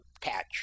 catch